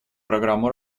программу